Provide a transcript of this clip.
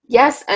Yes